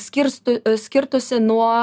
skirstų skirtųsi nuo